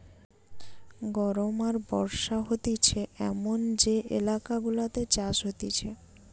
গরম আর বর্ষা হতিছে এমন যে এলাকা গুলাতে চাষ হতিছে